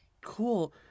cool